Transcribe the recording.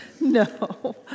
no